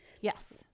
Yes